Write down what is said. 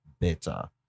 better